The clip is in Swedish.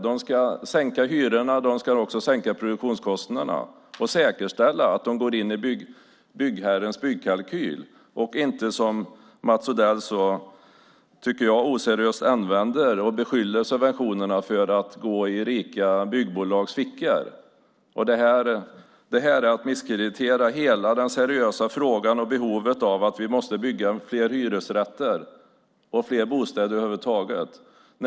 De ska sänka hyrorna, de ska också sänka produktionskostnaderna och man ska säkerställa att de går in i byggherrens byggkalkyl. Jag tycker att Mats Odell oseriöst beskyller subventionerna för att gå i rika byggbolags fickor. Det är att misskreditera hela den seriösa frågan om behovet av att bygga fler hyresrätter och fler bostäder över huvud taget.